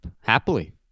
happily